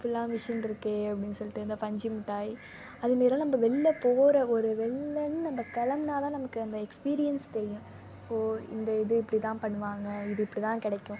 இப்படிலாம் மிஷின் இருக்கே அப்படினு சொல்லிவிட்டு இந்த பஞ்சு மிட்டாய் அது மாரிலாம் நம்ப வெளில போகிற ஒரு வெளிலன்னு நம்ப கிளம்புனா தான் நமக்கு அந்த எக்ஸ்பீரியன்ஸ் தெரியும் ஓ இந்த இது இப்படி தான் பண்ணுவாங்க இது இப்படி தான் கிடைக்கும்